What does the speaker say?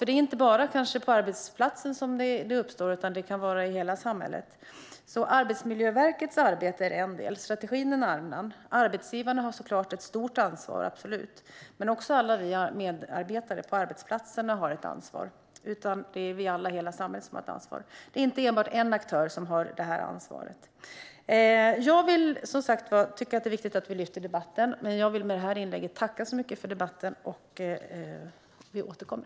Det är nämligen inte bara på arbetsplatsen som detta uppstår, utan det kan vara i hela samhället. Arbetsmiljöverkets arbete är en del. Strategin är en annan del. Arbetsgivarna har såklart ett stort ansvar, men det har också alla vi medarbetare på arbetsplatserna. Alla i hela samhället har ett ansvar; det är inte enbart en aktör som har detta ansvar. Jag tycker som sagt att det är viktigt att vi tar denna debatt. Jag vill tacka så mycket för debatten. Vi återkommer!